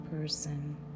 person